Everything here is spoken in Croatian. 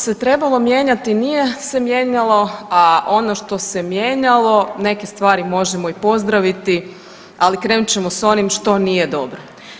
Ono što se trebalo mijenjati nije se mijenjalo, a ono što se mijenjalo neke stvari možemo i pozdraviti, ali krenut ćemo sa onim što nije dobro.